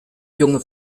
junge